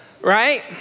right